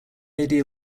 idea